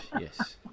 yes